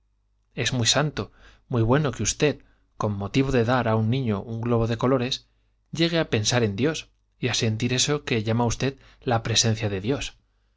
es muy santo muy bueno que usted con motivo de dar a un niño un globo de colores llegue a pensar en dios a sentir eso que llama usted la presencia de dios